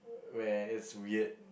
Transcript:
where it's weird